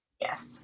Yes